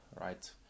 right